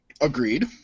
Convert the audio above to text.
Agreed